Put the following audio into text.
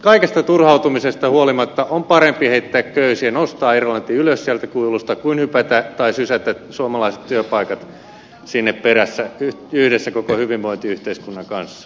kaikesta turhautumisesta huolimatta on parempi heittää köysi ja nostaa irlanti ylös sieltä kuilusta kuin hypätä tai sysätä suomalaiset työpaikat sinne perässä yhdessä koko hyvinvointiyhteiskunnan kanssa